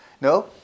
No